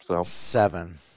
Seven